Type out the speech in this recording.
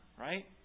right